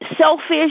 selfish